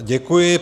Děkuji.